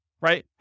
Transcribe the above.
right